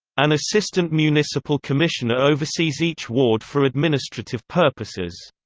an assistant municipal commissioner oversees each ward for administrative purposes.